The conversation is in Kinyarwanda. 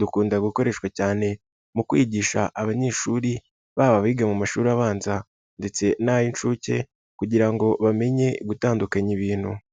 dukunda gukoreshwa cyane mu kwigisha abanyeshuri baba biga mu mashuri abanza ndetse n'ay'inshuke kugira ngo bamenye gutandukanya ibintu.